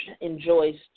enjoys